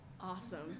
Awesome